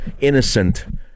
innocent